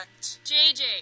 JJ